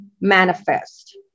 manifest